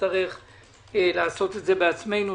שנצטרך לעשות את זה בעצמנו.